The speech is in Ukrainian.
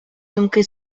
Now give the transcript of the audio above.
думки